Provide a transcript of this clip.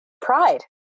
pride